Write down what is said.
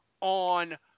on –